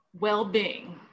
well-being